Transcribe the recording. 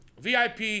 VIP